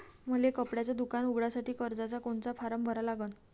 मले कपड्याच दुकान उघडासाठी कर्जाचा कोनचा फारम भरा लागन?